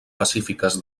pacífiques